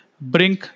bring